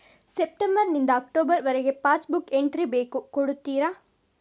September ನಿಂದ October ವರಗೆ passbook entry ಬೇಕು ಕೊಡುತ್ತೀರಾ?